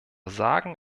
sagen